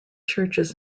churches